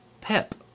Pep